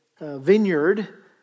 vineyard